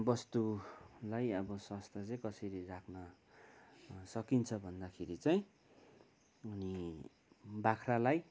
वस्तुलाई अब स्वास्थ्य चाहिँ कसरी राख्न सकिन्छ भन्दाखेरि चाहिँ अनि बाख्रालाई